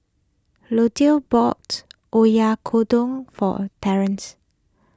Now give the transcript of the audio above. Lutie bought Oyakodon for Terance